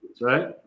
right